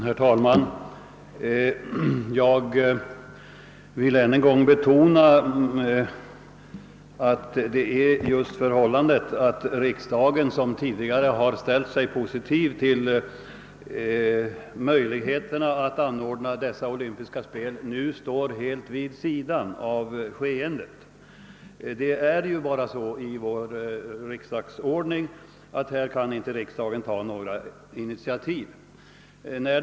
Herr talman! Jag vill än en gång betona att det är just det förhållandet att riksdagen, som tidigare ställt sig positiv till möjligheterna att anordna de olympiska vinterspelen, nu står helt vid sidan av skeendet som jag finner beklagligt. Vår riksdagsordning är helt enkelt sådan att riksdagen inte kan ta några initiativ i nuvarande läge.